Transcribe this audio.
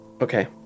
Okay